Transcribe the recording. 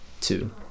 two